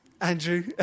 Andrew